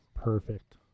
Perfect